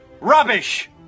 Rubbish